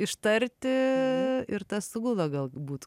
ištarti ir tas sugula galbūt